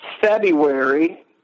February